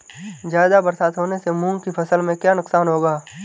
ज़्यादा बरसात होने से मूंग की फसल में क्या नुकसान होगा?